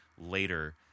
later